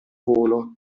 volo